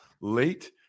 late